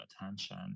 attention